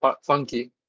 funky